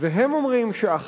בדוח של בנק ישראל.